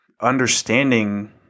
understanding